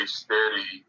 steady